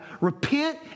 repent